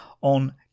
on